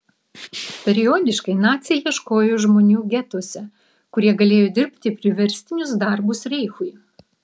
periodiškai naciai ieškojo žmonių getuose kurie galėjo dirbti priverstinius darbus reichui